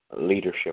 leadership